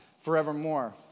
forevermore